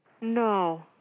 No